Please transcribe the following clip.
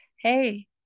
hey